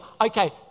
Okay